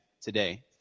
today